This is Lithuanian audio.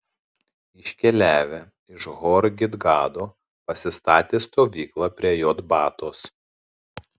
iškeliavę iš hor gidgado pasistatė stovyklą prie jotbatos